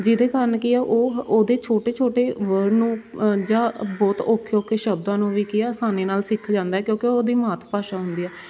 ਜਿਹਦੇ ਕਾਰਨ ਕੀ ਆ ਉਹ ਉਹਦੇ ਛੋਟੇ ਛੋਟੇ ਵਰਡ ਨੂੰ ਜਾਂ ਬਹੁਤ ਔਖੇ ਔਖੇ ਸ਼ਬਦਾਂ ਨੂੰ ਵੀ ਕੀ ਆ ਆਸਾਨੀ ਨਾਲ ਸਿੱਖ ਜਾਂਦਾ ਕਿਉਂਕਿ ਉਹਦੀ ਮਾਤ ਭਾਸ਼ਾ ਹੁੰਦੀ ਆ